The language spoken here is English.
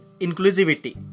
inclusivity